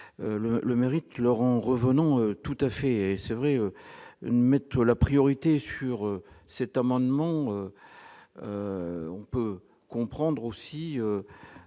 le mérite Laurent revenons tout à fait, c'est vrai, mettre la priorité sur cet amendement, on peut comprendre aussi